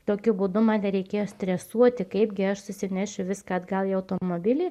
tokiu būdu man nereikėjo stresuoti kaipgi aš nusinešiu viską atgal į automobilį